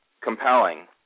compelling